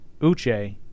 Uche